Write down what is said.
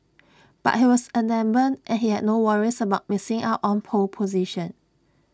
but he was adamant and he had no worries about missing out on pole position